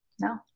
No